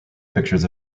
pictures